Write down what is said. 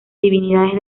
divinidades